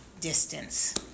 distance